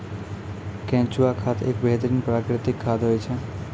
केंचुआ खाद एक बेहतरीन प्राकृतिक खाद होय छै